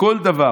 זה בכל דבר.